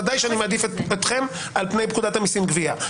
ודאי שאני מעדיף את פקודתכם על פני פקודת המיסים (גבייה).